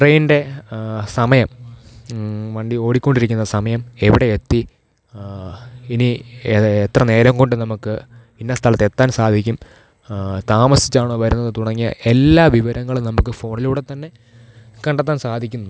ട്രെയിൻ്റെ സമയം വണ്ടി ഓടിക്കൊണ്ടിരിക്കുന്ന സമയം എവിടെ എത്തി ഇനി എത്ര നേരം കൊണ്ട് നമുക്ക് ഇന്ന സ്ഥലത്ത് എത്താൻ സാധിക്കും താമസിച്ചാണോ വരുന്നത് തുടങ്ങിയ എല്ലാ വിവരങ്ങളും നമുക്ക് ഫോണിലൂടെ തന്നെ കണ്ടെത്താൻ സാധിക്കുന്നുണ്ട്